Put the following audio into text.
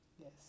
Yes